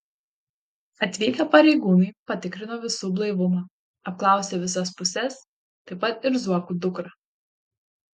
atvykę pareigūnai patikrino visų blaivumą apklausė visas puses taip pat ir zuokų dukrą